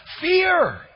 fear